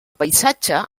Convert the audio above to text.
paisatge